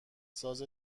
ساز